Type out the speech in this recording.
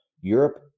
Europe